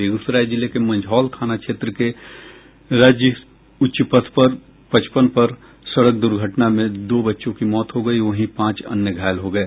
बेग्रसराय जिले के मंझौल थाना क्षेत्र के राज्य उच्च पथ पचपन पर सड़क दुर्घटना में दो बच्चों की मौत हो गई वहीं पांच अन्य घायल हो गये